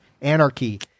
anarchy